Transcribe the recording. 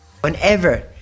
Whenever